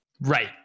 Right